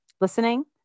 listening